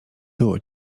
było